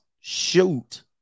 shoot